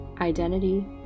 identity